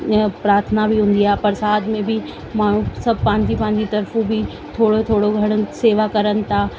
प्रार्थाना बि हूंदी आहे प्रसाद में बि माण्हूं सभु पंहिंजी पंहिंजी तर्फां जेको बि थोरो थोरो खणण सेवा करण था